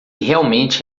realmente